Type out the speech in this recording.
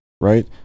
right